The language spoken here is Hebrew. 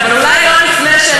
ואם היה תלוי בי או בבית-המשפט,